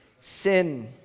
Sin